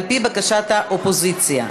על-פי בקשת האופוזיציה.